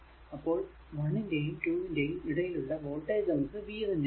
അപ്പോൾ 1 ന്റെയും 2 ന്റെയും ഇടയിൽ ഉള്ള വോൾടേജ് എന്നത് v തന്നെ ആണ്